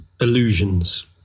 Illusions